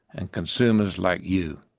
and consumers like you.